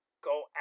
go